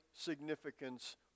significance